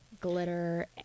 glitter